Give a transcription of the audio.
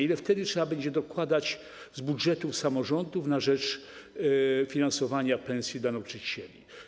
Ile trzeba będzie dokładać z budżetów samorządów na rzecz finansowania pensji nauczycieli?